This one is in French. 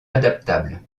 adaptable